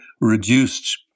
reduced